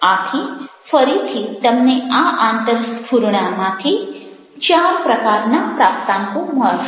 આથી ફરીથી તમને આ અંતરસ્ફુરણામાંથી ચાર પ્રકારના પ્રાપ્તાંકો મળશે